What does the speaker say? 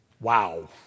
Wow